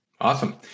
Awesome